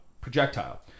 projectile